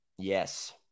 Yes